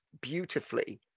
beautifully